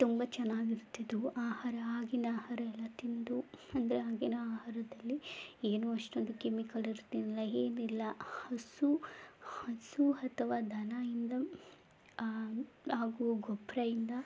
ತುಂಬ ಚೆನ್ನಾಗಿರ್ತಿದ್ದವು ಆಹಾರ ಆಗಿನ ಆಹಾರವೆಲ್ಲ ತಿಂದು ಅಂದರೆ ಆಗಿನ ಆಹಾರದಲ್ಲಿ ಏನು ಅಷ್ಟೊಂದು ಕೆಮಿಕಲ್ಲಿರ್ತಿರಲಿಲ್ಲ ಏನಿಲ್ಲ ಹಸು ಹಸು ಅಥವಾ ದನದಿಂದ ಆ ಆಗೋ ಗೊಬ್ಬರದಿಂದ